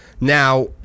Now